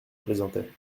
plaisantais